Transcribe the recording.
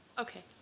ok.